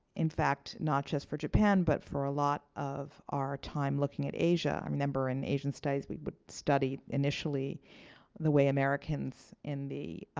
in fact, not just for japan but for a lot of our time looking at asia. i remember, in asian studies, we would study initially the way americans in the